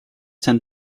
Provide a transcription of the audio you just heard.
tend